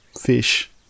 fish